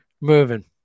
moving